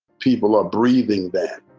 people are breathing that